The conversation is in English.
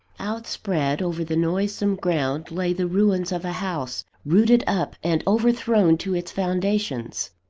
outspread over the noisome ground lay the ruins of a house, rooted up and overthrown to its foundations.